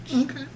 Okay